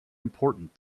important